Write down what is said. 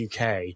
UK